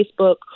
Facebook